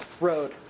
road